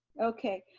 okay.